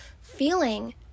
feeling